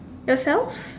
yourself